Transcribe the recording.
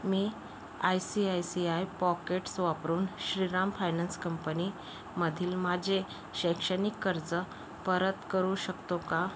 me I C I C I pockets वापरून Shriram finance company मधील माझे शैक्षणिक कर्ज परत करू शकतो का